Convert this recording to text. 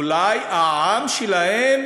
אולי העם שלהם